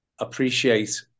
Appreciate